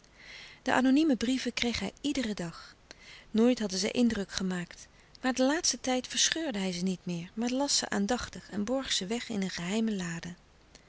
de anonieme brieven kreeg hij iederen dag nooit hadden zij indruk gemaakt maar den laatsten tijd verscheurde hij ze niet meer maar las ze aandachtig en borg ze weg in een geheime lade